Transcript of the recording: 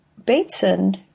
Bateson